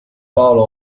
paolo